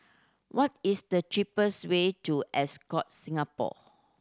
what is the cheapest way to Ascott Singapore